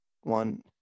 One